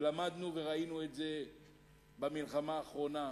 ולמדנו וראינו את זה במלחמה האחרונה.